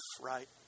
right